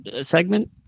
segment